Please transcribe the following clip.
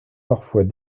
parfois